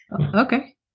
Okay